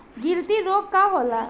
गिलटी रोग का होखे?